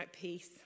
peace